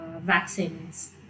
vaccines